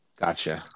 Gotcha